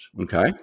okay